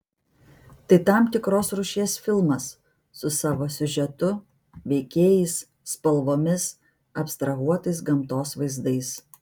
tai tam tikros rūšies filmas su savo siužetu veikėjais spalvomis abstrahuotais gamtos vaizdais